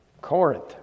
Corinth